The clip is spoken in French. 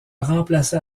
remplaça